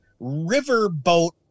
riverboat